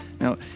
Now